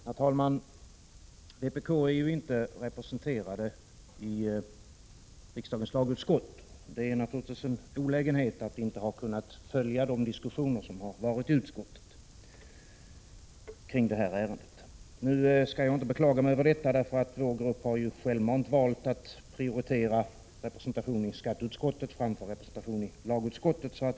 Herr talman! Vpk är inte representerat i riksdagens lagutskott, och det är naturligtvis en olägenhet att inte ha kunnat följa de diskussioner som har förts i utskottet kring detta ärende. Nu skall jag inte beklaga mig över det, därför att vår grupp har självmant valt att prioritera representation i skatteutskottet framför representation i lagutskottet.